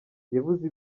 yavuze